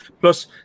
plus